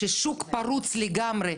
ששוק פרוץ לגמרי,